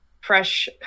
fresh